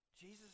Jesus